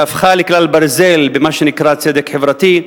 שהפכה לכלל ברזל במה שנקרא צדק חברתי,